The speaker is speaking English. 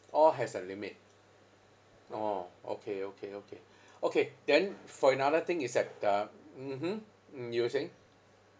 all has a limit orh okay okay okay okay then for another thing is that uh mmhmm mm you were saying